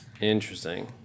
Interesting